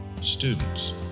students